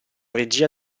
regia